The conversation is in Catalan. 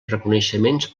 reconeixements